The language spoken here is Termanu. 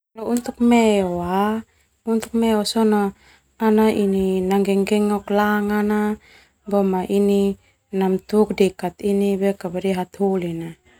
Untuk meo, untuk meo sona ana ini nanggenggengok langana, boma ini nangatuk deka hataholina.